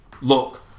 look